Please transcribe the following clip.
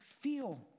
feel